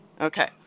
Okay